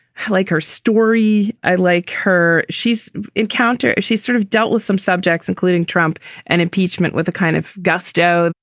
i like her story. i like her. she's encountered she's sort of dealt with some subjects, including trump and impeachment with a kind of gusto.